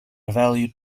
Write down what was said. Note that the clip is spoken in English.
valued